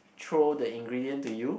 throw the ingredient to you